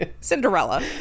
Cinderella